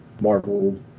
marvel